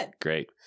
Great